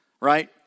right